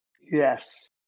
Yes